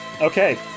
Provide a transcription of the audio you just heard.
Okay